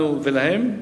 לנו ולהם,